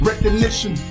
Recognition